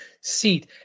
seat